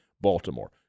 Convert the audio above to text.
Baltimore